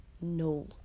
no